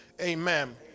amen